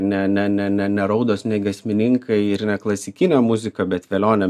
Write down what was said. ne ne ne ne ne raudos ne giesmininkai ir ne klasikinė muzika bet velionio